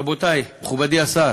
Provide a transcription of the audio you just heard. רבותי, מכובדי השר,